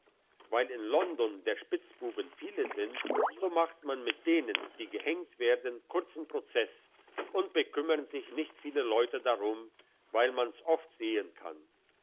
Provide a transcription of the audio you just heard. weil in london der spitzbuben viele sind so macht man mit denen die gehenkt werden kurzen prozess und bekümmern sich nicht viele leute darum weil man's oft sehen kann